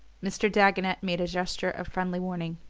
mr. dagonet made a gesture of friendly warning.